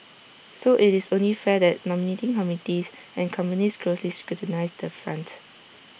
so IT is only fair that nominating committees and companies closely scrutinise that front